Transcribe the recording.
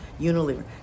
Unilever